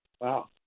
Wow